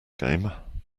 game